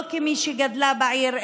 לא כמי שגדלה בעיר,